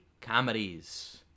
comedies